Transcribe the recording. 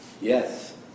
Yes